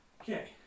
Okay